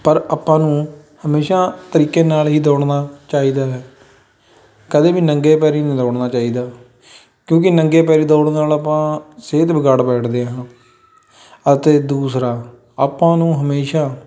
ਪਰ ਆਪਾਂ ਨੂੰ ਹਮੇਸ਼ਾ ਤਰੀਕੇ ਨਾਲ ਹੀ ਦੌੜਨਾ ਚਾਹੀਦਾ ਹੈ ਕਦੇ ਵੀ ਨੰਗੇ ਪੈਰੀ ਨਹੀਂ ਦੌੜਨਾ ਚਾਹੀਦਾ ਕਿਉਂਕਿ ਨੰਗੇ ਪੈਰੀ ਦੌੜਨ ਨਾਲ ਆਪਾਂ ਸਿਹਤ ਵਿਗਾੜ ਬੈਠਦੇ ਹਾਂ ਅਤੇ ਦੂਸਰਾ ਆਪਾਂ ਨੂੰ ਹਮੇਸ਼ਾ